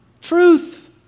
truth